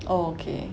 oh okay